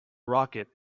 rocket